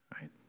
right